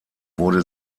wurde